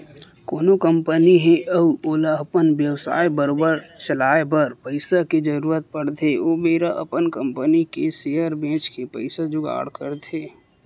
कोनो कंपनी हे अउ ओला अपन बेवसाय बरोबर चलाए बर पइसा के जरुरत पड़थे ओ बेरा अपन कंपनी के सेयर बेंच के पइसा जुगाड़ करथे